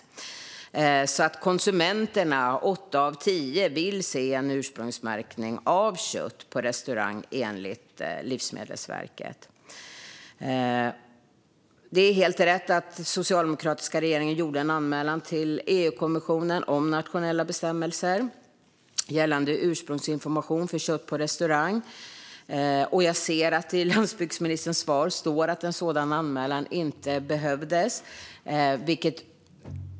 Åtta av tio konsumenter vill se en ursprungsmärkning av kött på restauranger, enligt Livsmedelsverket. Det är helt riktigt att den socialdemokratiska regeringen gjorde en anmälan till EU-kommissionen om nationella bestämmelser gällande ursprungsinformation om kött på restaurang. Landsbygdsministern säger i sitt interpellationssvar att en sådan anmälan inte behövdes.